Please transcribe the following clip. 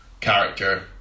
character